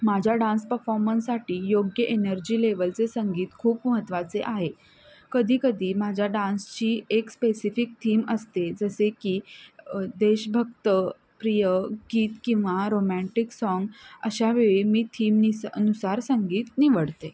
माझ्या डान्स पफॉर्मन्ससाठी योग्य एनर्जी लेवलचे संगीत खूप महत्त्वाचे आहे कधीकधी माझ्या डान्सची एक स्पेसिफिक थीम असते जसे की देशभक्त प्रिय गीत किंवा रोमॅन्टिक साँग अशावेळी मी थीम निस नुसार संगीत निवडते